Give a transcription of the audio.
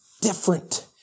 different